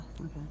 Okay